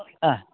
ആ